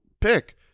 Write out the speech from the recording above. pick